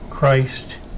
Christ